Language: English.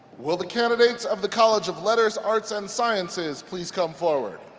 will the candidates of the college of letters, arts and sciences please come forward.